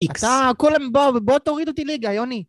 איקס. אה, כולם בואו, בואו תוריד אותי ליגה, יוני.